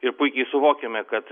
ir puikiai suvokiame kad